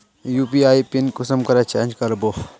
UPI PIN कुंसम करे change करबो?